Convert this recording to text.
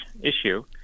issue